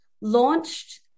launched